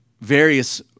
various